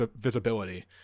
visibility